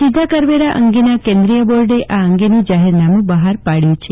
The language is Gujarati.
સીધા કરવેરા અંગેના કેન્દ્રીય બોર્ડે આ અંગેનું જાહેરનામુ બફાર પાડયુ છે